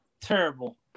Terrible